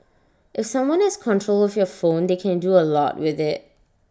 if someone has control of your phone they can do A lot with IT